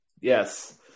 yes